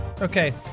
Okay